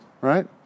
Right